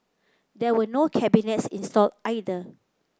there were no cabinets installed either